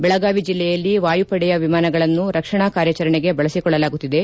ಬೆಳಗಾವಿ ಜಿಲ್ಲೆಯಲ್ಲಿ ವಾಯುಪಡೆಯ ವಿಮಾನಗಳನ್ನು ರಕ್ಷಣೆ ಕಾರ್ಯಾಚರಣೆಗೆ ಬಳಬಿಕೊಳ್ಳಲಾಗುತ್ತಿದೆ